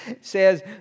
says